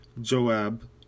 Joab